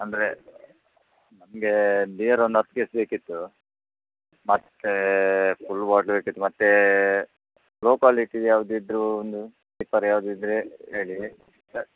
ಅಂದರೆ ನಂಗೇ ಬಿಯರ್ ಒಂದು ಹತ್ತು ಕೇಸ್ ಬೇಕಿತ್ತು ಮತ್ತು ಫುಲ್ ಬಾಟ್ಲ್ ಬೇಕಿತ್ತು ಮತ್ತು ಲೊ ಕ್ವಾಲಿಟಿದು ಯಾವ್ದು ಇದ್ರು ಒಂದು ಚೀಪರ್ ಯಾವುದಿದ್ರೆ ಹೇಳಿ